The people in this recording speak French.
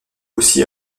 aussi